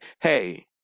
hey